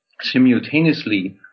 simultaneously